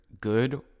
good